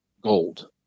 gold—